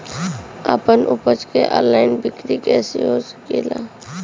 आपन उपज क ऑनलाइन बिक्री कइसे हो सकेला?